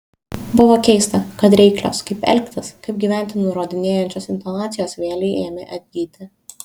buvo keista kad reiklios kaip elgtis kaip gyventi nurodinėjančios intonacijos vėlei ėmė atgyti